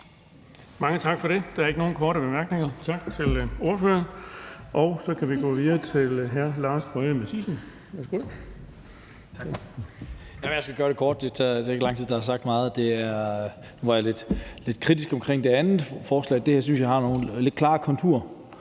Mange tak for det. Der er ikke nogen korte bemærkninger. Tak til ordføreren. Så kan vi gå videre til hr. Lars Boje Mathiesen. Værsgo. Kl. 19:00 (Privatist) Lars Boje Mathiesen (UFG): Tak. Jeg skal gøre det kort. Det tager ikke lang tid. Der er sagt meget. Nu var jeg lidt kritisk over for det andet forslag. Det her synes jeg har nogle lidt klarere konturer